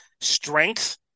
strength